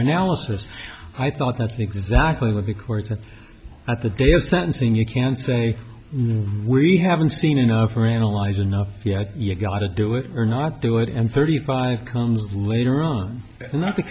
analysis i thought that's exactly what the courts had at the day of sentencing you can say we haven't seen enough or analyze enough yeah you got to do it or not do it and thirty five comes later on not